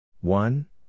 One